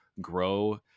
grow